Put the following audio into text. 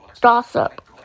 Gossip